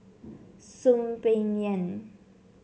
Soon Peng Yam